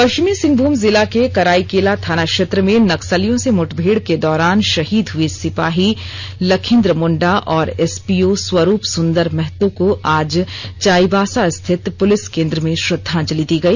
पश्चिमी सिंहभूम जिला के कराइकेला थाना क्षेत्र में नक्सलियों से मुठभेड़ के दौरान शहीद हुए सिपाही लखिन्द्र मुंडा और एसपीओ स्वरूप सुंदर महतो को आज चाईबासा स्थित पुलिस केंद्र में श्रद्धांजलि दी गई